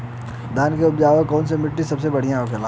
धान की उपज कवने मिट्टी में सबसे बढ़ियां होखेला?